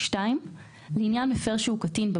עיון במרשם התעבורה המינהלי32.כל אדם זכאי לעיין